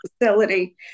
facility